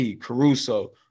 Caruso